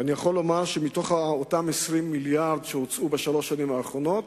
ואני יכול לומר שמתוך אותם 20 מיליארד שהוצאו בשלוש השנים האחרונות,